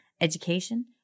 education